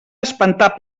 espentar